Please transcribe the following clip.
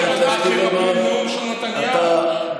תן לו עוד דקה,